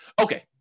Okay